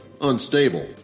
unstable